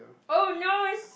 oh no it's